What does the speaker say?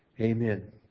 Amen